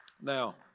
now